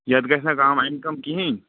یتھ گژھِ نا کم امہِ کم کِہیٖنۍ